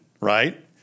right